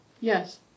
Yes